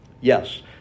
yes